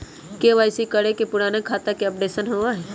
KYC करें से पुराने खाता के अपडेशन होवेई?